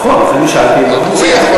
נכון, לכן שאלתי מה הוא מציע.